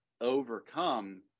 overcome